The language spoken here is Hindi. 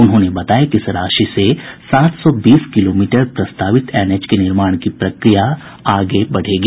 उन्होंने बताया कि इस राशि से सात सौ बीस किलोमीटर प्रस्तावित एनएच के निर्माण की प्रक्रिया आगे बढ़ेगी